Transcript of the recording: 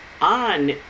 on